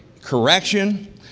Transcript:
correction